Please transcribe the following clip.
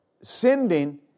sending